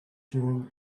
during